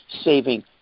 saving